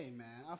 man